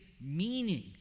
meaning